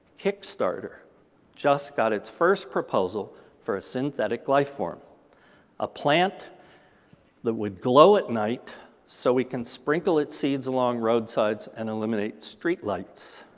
kickstarter just got its first proposal for a synthetic life form a plant that would glow at night so we can sprinkle its seeds along roadsides and eliminate street lights.